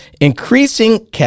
increasing